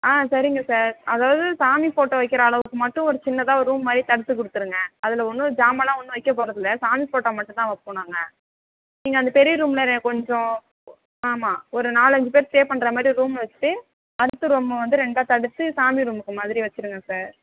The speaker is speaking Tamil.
சரிங்க சார் அதாவது சாமி ஃபோட்டோ வைக்கிற அளவுக்கு மட்டும் ஒரு சின்னதாக ரூம் மாதிரி தடுத்து கொடுத்துருங்க அதில் ஒன்றும் சாமானெலாம் ஒன்றும் வைக்கப் போகிறதில்ல சாமி ஃபோட்டாே மட்டும்தான் வைப்போம் நாங்கள் நீங்கள் அந்தப் பெரிய ரூமில் கொஞ்சம் ஆமாம் ஒரு நாலஞ்சு பேர் ஸ்டே பண்ணுற மாதிரி ரூமும் வச்சு அடுத்த ரூமை வந்து ரெண்டாக தடுத்து சாமி ரூமுக்கு மாதிரி வச்சுருங்க சார்